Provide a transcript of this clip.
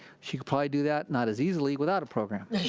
she could probably do that, not as easily, without a program.